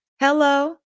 Hello